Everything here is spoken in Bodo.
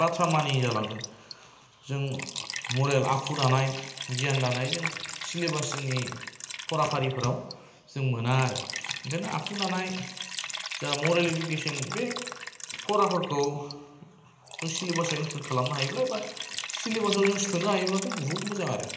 बाथ्रा मानियै जालांदों जों मरेल आखु दानाय गियान दानायजों सेलिभास जोंनि फरा फारिफोराव जों मोना आरो ओंखायनो आखु दानाय जा मरेल इडुकेसन बे फराफोरखौ सेलिभासाव इनक्लुड खालामनो हायोब्ला बा सेलिभासाव जों सोनो हायोब्लाथ' बुहुथ मोजां आरो